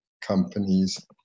companies